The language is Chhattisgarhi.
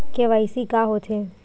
के.वाई.सी का होथे?